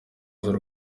z’u